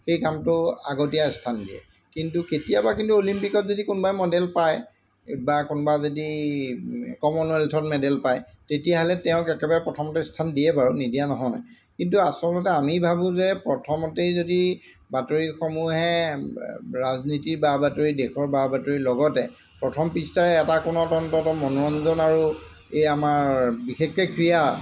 সেই কামটো আগতীয়া স্থান দিয়ে কিন্তু কেতিয়াবা কিন্তু অলিম্পিকত যদি কোনোবাই মেডেল পায় বা কোনোবা যদি কমন ৱেলথত মেডেল পায় তেতিয়াহ'লে তেওঁক একেবাৰে প্ৰথমতে স্থান দিয়ে বাৰু নিদিয়া নহয় কিন্তু আচলতে আমি ভাবোঁ যে প্ৰথমতেই যদি বাতৰিসমূহে ৰাজনীতিৰ বা বাতৰি দেশৰ বা বাতৰি লগতে প্ৰথম পৃষ্ঠাৰে এটা কোনো কোণত অন্ততঃ মনোৰঞ্জন আৰু এই আমাৰ বিশেষকৈ ক্ৰীড়া